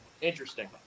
Interesting